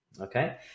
okay